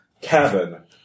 cabin